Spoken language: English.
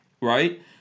Right